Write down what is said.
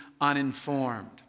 uninformed